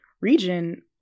region